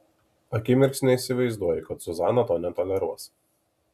akimirksnį įsivaizduoju kad zuzana to netoleruos